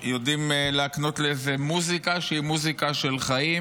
יודעים להקנות לזה מוזיקה שהיא מוזיקה של חיים,